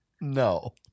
No